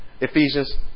Ephesians